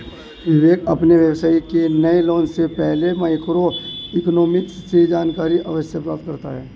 विवेक अपने व्यवसाय के नए लॉन्च से पहले माइक्रो इकोनॉमिक्स से जानकारी अवश्य प्राप्त करता है